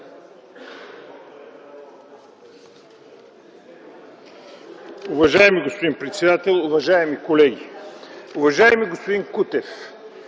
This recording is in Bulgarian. Уважаеми господин председател, уважаеми колеги! Уважаеми господин Кутев,